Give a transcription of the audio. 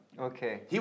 Okay